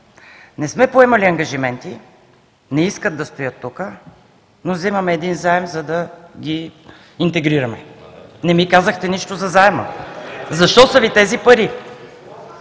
Не сме поемали ангажименти, не искат да стоят тук, но взимаме един заем, за да ги интегрираме. Не ми казахте нищо за заема. Защо са Ви тези пари?